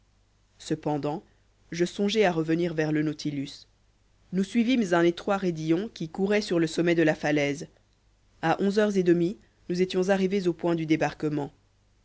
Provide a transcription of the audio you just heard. cependant je songeai à revenir vers le nautilus nous suivîmes un étroit raidillon qui courait sur le sommet de la falaise a onze heures et demie nous étions arrivés au point du débarquement